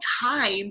time